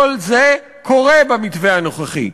כל זה קורה במתווה הנוכחי.